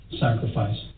sacrifice